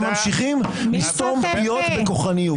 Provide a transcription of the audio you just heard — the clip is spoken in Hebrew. אתם ממשיכים לסתום פיות בכוחנות.